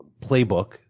playbook